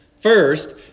First